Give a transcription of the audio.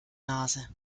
nase